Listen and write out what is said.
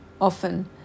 often